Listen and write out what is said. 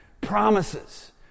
promises